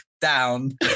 down